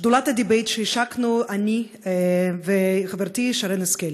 שדולת הדיבייט שהשקנו אני וחברתי שרן השכל.